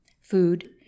food